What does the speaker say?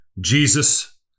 Jesus